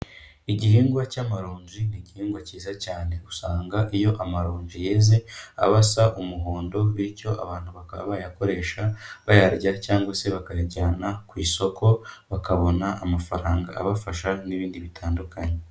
Igihingwa cy'amaronji ni igihingwa cyiza cyane, usanga iyo amaronji yeze aba asa umuhondo, bityo abantu bakaba bayakoresha, bayarya cyangwa se bakayajyana ku isoko, bakabona amafaranga abafasha n'ibindi bitandukanye.